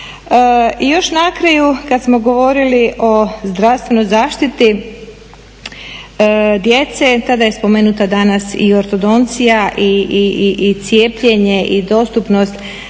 I još na kraju, kad smo govorili o zdravstvenoj zaštiti djece tada je spomenuta danas i ortodoncija, i cijepljenje i dostupnost